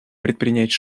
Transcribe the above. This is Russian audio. предпринять